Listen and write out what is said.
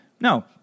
No